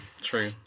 True